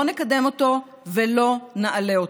לא נקדם אותו ולא נעלה אותו.